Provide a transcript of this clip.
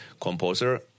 composer